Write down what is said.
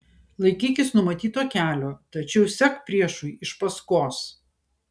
laikykis numatyto kelio tačiau sek priešui iš paskos